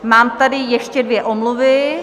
Mám tady ještě dvě omluvy.